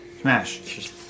Smash